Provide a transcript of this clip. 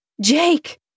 Jake